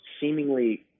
seemingly